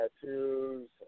tattoos